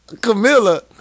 Camilla